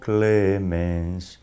Clemens